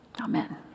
Amen